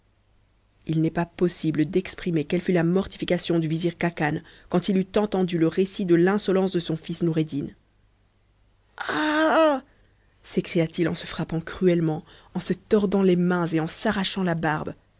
il n'est pas possible d'exprimer quelle fut la mortification du vizir utacan quand il eut entendu le récit de l'insolence de son fils noureddin ai s'écria-t-il en se frappant cruellement en se tordant les mains et a s'arrachant la barbe